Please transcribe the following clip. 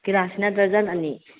ꯒꯤꯂꯥꯁꯁꯤꯅ dozen ꯑꯅꯤ